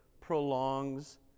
prolongs